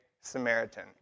Samaritan